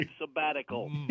sabbatical